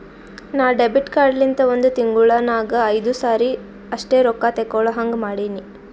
ನಾ debit card ಲಿಂತ ಒಂದ್ ತಿಂಗುಳ ನಾಗ್ ಐಯ್ದು ಸರಿ ಅಷ್ಟೇ ರೊಕ್ಕಾ ತೇಕೊಳಹಂಗ್ ಮಾಡಿನಿ